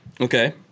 Okay